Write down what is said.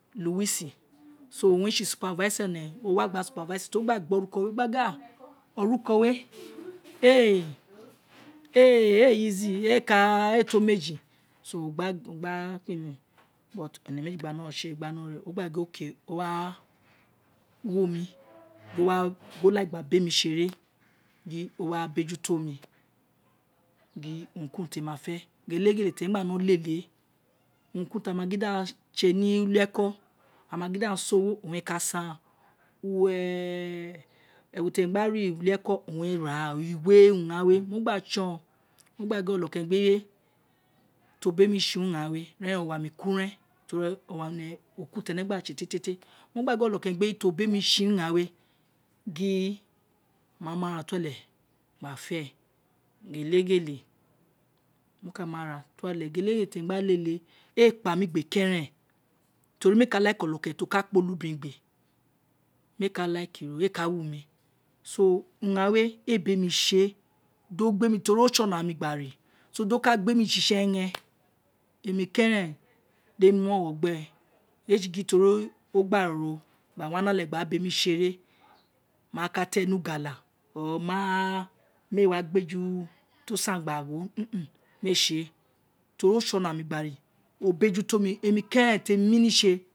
Louis, so owun re se supervisor ene o wa gba supervise ti o gba gbo oruko o gba gin a oruko we ēē easy ēē ka to meji owun gba kin mi ene meji gba nogba se gba re owun o gba o wa gho mi o like gba be mi se re gin o wa bejuto mi, gin urun ki urun ti enzi ma fe gheleghele ti emi gba fe mulele urun ki urun ti ame gin di aghan se ni ulieko aghan gin daa san ogho owun re kasan ewu ti emi gba re uli-eko owun e raa iweurun ghan we mo gba son mo gba gin mo gin onokeren eju eyi we o be mi se urun ghan we ira erem owa mi ku ren tori owa ene oku tiene gba se tietie ino gba gin ono keren ti o be se urun ghan re gin mo wa mu ara to ale gba fēē gheleghele mo ka mu ara to ele ghelegliele mo ka mu ara to ele gheleglele ti emi gba lele e kpa mai gbe keren tori mēē ka like ọhọkẹrẹn to ka kpa onobiran igbe meè ka like ro, eka wumi, so urun ghan we e be mi se di o gbe mi tori o se oláàmi gba re so di o ka gbemi sisi egheny emi keren di emi mu ogho gbe e eē sa gin teri o gba ro gba wa ni ale gba wa be mi sere maa ka te ni ugala o ma, mee wa gba eju ti o sangbagho mēē se tori o se olāā mi gba re obejuto mi emi ke̱re̱n ti emi mini sē